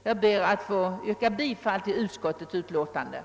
Jag ber att få yrka bifall till utskottets hemställan.